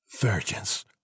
virgins